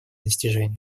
достижения